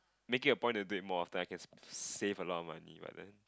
make it a point a bit more after I can save a lot of money but then